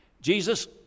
Jesus